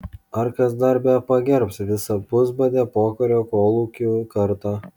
ar kas dar bepagerbs visą pusbadę pokario kolūkių kartą